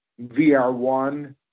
vr1